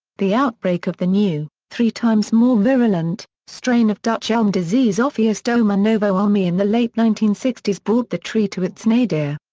the outbreak of the new, three times more virulent, strain of dutch elm disease ophiostoma novo-ulmi in the late nineteen sixty s brought the tree to its nadir.